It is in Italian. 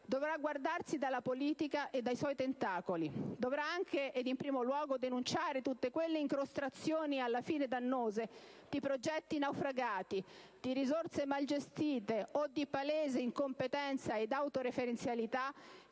dovrà guardarsi dalla politica e dai suoi tentacoli. Dovrà anche ed in primo luogo denunciare tutte quelle incrostazioni alla fine dannose, di progetti naufragati, di risorse malgestite, o di palese incompetenza ed autoreferenzialità